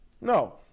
No